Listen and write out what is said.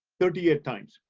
thirty eight times.